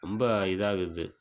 ரொம்ப இதாக இருக்குறது